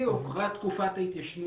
עברה תקופת ההתיישנות,